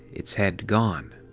its head gone.